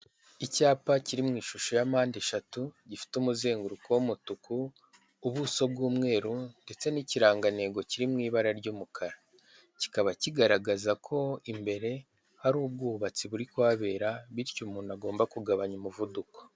Icyapa kiri mu ishusho ya mpande eshatu gifite umuzenguruko w'umutuku ubuso bw'umweru ndetse n'ikirangantego kiri mw, ibara ry'umukara kikaba kigaragaza ko imbere hari ubwubatsi buri kuhabera bityo umuntu agomba kugabanya umuvuduko.